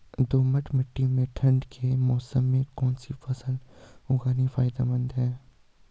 दोमट्ट मिट्टी में ठंड के मौसम में कौन सी फसल उगानी फायदेमंद है?